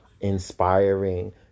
inspiring